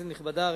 כנסת נכבדה,